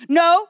no